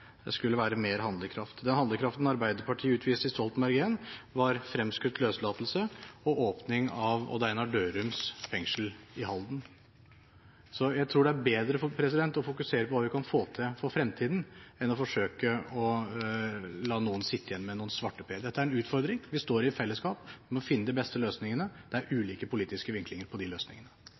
skulle være mer handlekraftig. Den handlekraften Arbeiderpartiet utviste under Stoltenberg I, var fremskutt løslatelse og åpning av Odd Einar Dørums fengsel i Halden. Så jeg tror det er bedre å fokusere på hva vi kan få til for fremtiden, enn å forsøke å la noen sitte igjen som svarteper. Dette er en utfordring. Vi står i et fellesskap og må finne de beste løsningene, og det er ulike politiske vinklinger på de løsningene.